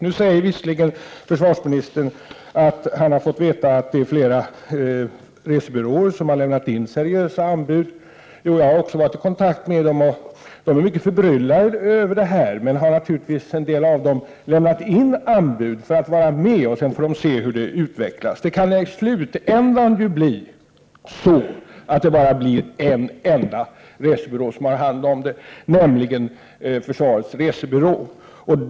Försvarsministern säger visserligen att han har fått veta att det är flera resebyråer som har lämnat in seriösa anbud. Jag har också varit i kontakt med dem, och de är mycket förbryllade. De har lämnat in anbud för att vara med och sedan se hur det utvecklas. Det kan i slutändan bli så att bara en enda resebyrå får ta hand om denna verksamhet, nämligen Försvarets resebyrå.